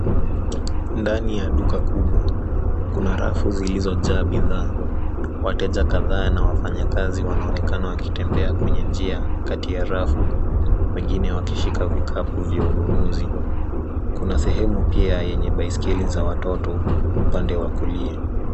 Ndani ya duka kubwa kuna rafu zilizojaa bidhaa. Wateja kadhaa na wafanyakazi wanaonekana wakitembea kwenye njia kati ya rafu, wengine wakishika vikapu vya ununuzi. Kuna sehemu pia yenye basikeli za watoto upande wa kulia.